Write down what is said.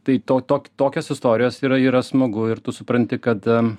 tai to tok tokios istorijos yra yra smagu ir tu supranti kad